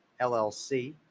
llc